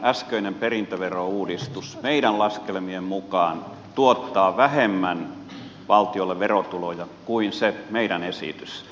äskeinen perintöverouudistus meidän laskelmiemme mukaan tuottaa valtiolle vähemmän verotuloja kuin se meidän esityksemme